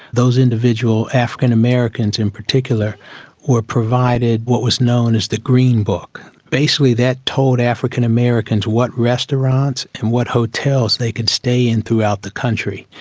those individual african americans in particular were provided what was known as the green book. basically that told african americans what restaurants and what hotels they could stay in throughout the country,